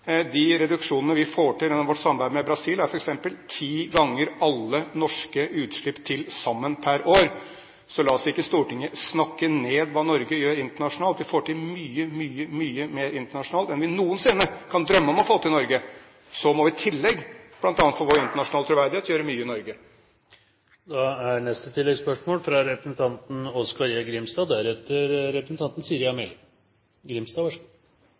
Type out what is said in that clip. De reduksjonene vi får til gjennom vårt samarbeid med Brasil, er f.eks. ti ganger alle norske utslipp til sammen per år. Så la oss ikke i Stortinget snakke ned hva Norge gjør internasjonalt. Vi får til mye, mye mer internasjonalt enn vi noensinne kan drømme om å få til i Norge. Så må vi i tillegg – bl.a. for vår internasjonale troverdighet – gjøre mye i Norge.